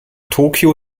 tokyo